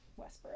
Westboro